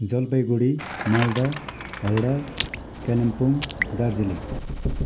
Jalpaiguri Malda Howrah Kalimpong Darjeeling